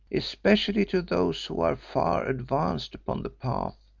especially to those who are far advanced upon the path.